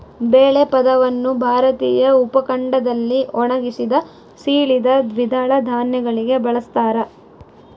ಬೇಳೆ ಪದವನ್ನು ಭಾರತೀಯ ಉಪಖಂಡದಲ್ಲಿ ಒಣಗಿಸಿದ, ಸೀಳಿದ ದ್ವಿದಳ ಧಾನ್ಯಗಳಿಗೆ ಬಳಸ್ತಾರ